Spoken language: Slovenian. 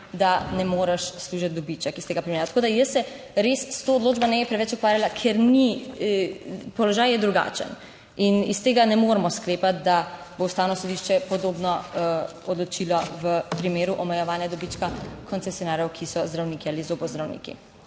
da ne moreš služiti dobiček iz tega primera. Tako da jaz se res s to odločbo ne bi preveč ukvarjala, ker ni, položaj je drugačen in iz tega ne moremo sklepati, da bo Ustavno sodišče podobno odločilo v primeru omejevanja dobička koncesionarjev, ki so zdravniki ali zobozdravniki.